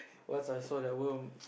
once I saw that worm